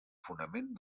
fonament